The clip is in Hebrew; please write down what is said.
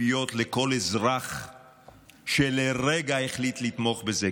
לכל אזרח שלרגע החליט לתמוך בזה.